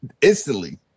Instantly